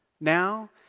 Now